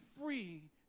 free